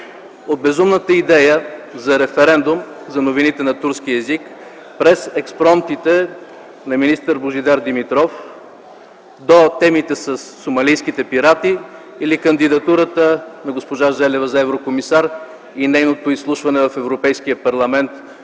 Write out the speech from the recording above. безумната идея за референдум за новините на турски език, през експромптите на министър Божидар Димитров, до темите със сомалийските пирати или кандидатурата на госпожа Желева за еврокомисар и нейното изслушване в Европейския парламент,